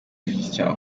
christian